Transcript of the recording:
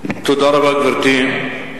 תודה רבה, גברתי.